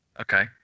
Okay